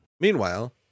Meanwhile